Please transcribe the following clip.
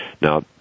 Now